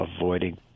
avoiding